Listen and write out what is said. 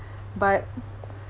but